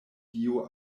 dio